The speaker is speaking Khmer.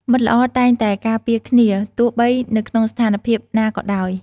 មិត្តល្អតែងតែការពារគ្នា ទោះបីនៅក្នុងស្ថានភាពណាក៏ដោយ។